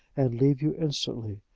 and leave you instantly.